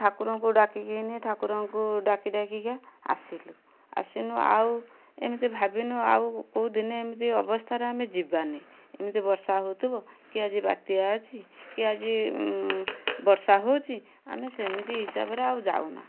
ଠାକୁରଙ୍କୁ ଡାକିକିନି ଠାକୁରଙ୍କୁ ଡାକି ଡାକିକା ଆସିଲୁ ଆସିନୁ ଆଉ ଏମିତି ଭାବିନୁ ଆଉ କେଉଁ ଦିନେ ଏମିତି ଅବସ୍ଥାରେ ଆମେ ଯିବାନି ଏମିତି ବର୍ଷା ହଉଥିବ କି ଆଜି ବାତ୍ୟା ଅଛି କି ଆଜି ବର୍ଷା ହଉଛି ଆମେ ସେମିତି ହିସାବରେ ଆଉ ଯାଉନା